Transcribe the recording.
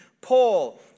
Paul